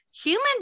human